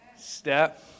step